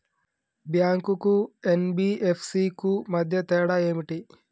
Bank కు NBFC కు మధ్య తేడా ఏమిటి?